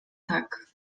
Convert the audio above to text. tak